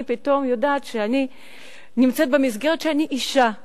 פתאום יודעת שאני נמצאת במסגרת שאני אשה.